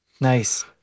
Nice